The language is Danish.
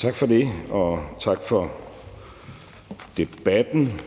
Tak for det, og tak for debatten.